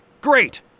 Great